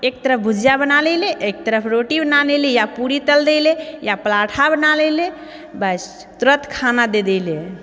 एक तरफ भुजिया बना लेलै एक तरफ रोटी बना लेलै या पूरी तल देलै या पराँठा बना ले लए बस तुरत खाना दे देलै